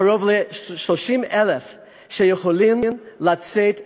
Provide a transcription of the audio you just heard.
קרוב ל-30,000 יכולים לצאת ולעבוד,